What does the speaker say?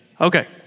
Okay